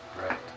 Right